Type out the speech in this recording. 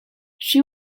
she